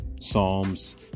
Psalms